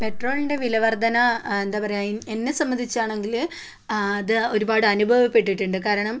പെട്രോളിൻ്റെ വിലവർധന എന്താണ് പറയുക എന്നെ സംബന്ധിച്ചാണെങ്കിൽ അത് ഒരുപാട് അനുഭവപ്പെട്ടിട്ടുണ്ട് കാരണം